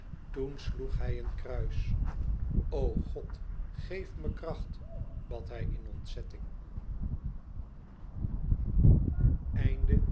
toen sloeg hij een kruis o god geef me kracht bad hij in ontzetting